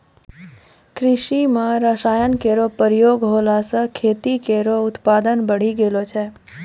कृषि म रसायन केरो प्रयोग होला सँ खेतो केरो उत्पादन बढ़ी गेलो छै